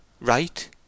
right